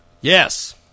Yes